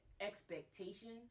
expectation